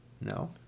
No